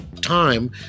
time